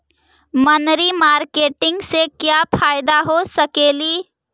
मनरी मारकेटिग से क्या फायदा हो सकेली?